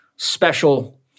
special